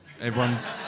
Everyone's